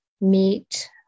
meet